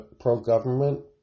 pro-government